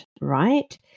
right